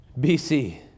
BC